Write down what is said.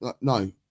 no